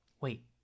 Wait